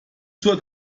zur